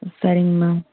சரிங்கமா